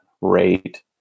rate